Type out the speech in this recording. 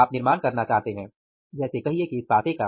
आप निर्माण करना चाहते हैं जैसे कहिए कि इस पासे का